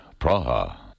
Praha